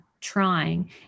trying